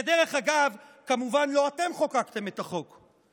כדרך אגב, כמובן, לא אתם חוקקתם את החוק.